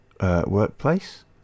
workplace